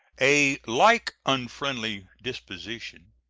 a like unfriendly disposition